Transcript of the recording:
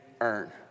earn